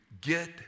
get